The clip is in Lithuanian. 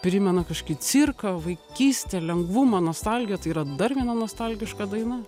primena kažkokį cirką vaikystę lengvumą nostalgiją tai yra dar viena nostalgiška daina